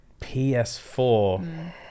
ps4